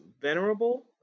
venerable